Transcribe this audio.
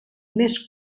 més